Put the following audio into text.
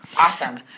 Awesome